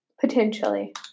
Potentially